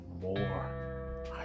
more